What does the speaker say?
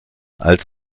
als